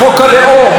בחוק הלאום,